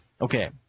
Okay